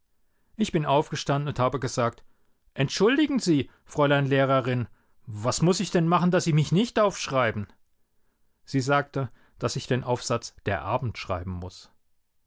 ich bin aufgestanden und habe gesagt entschuldigen sie fräulein lehrerin was muß ich denn machen daß sie mich nicht aufschreiben sie sagte daß ich den aufsatz der abend schreiben muß